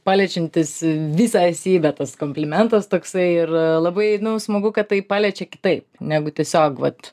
paliečiantis visą esybę tas komplimentas toksai ir labai smagu kad tai paliečia kitaip negu tiesiog vat